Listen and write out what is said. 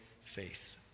faith